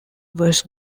was